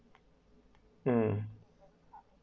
um